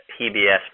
PBS